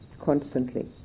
constantly